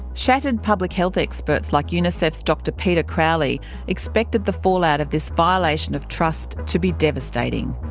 shattered public health experts like unicef's dr peter crowley expected the fallout of this violation of trust to be devastating.